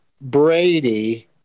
Brady